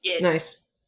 Nice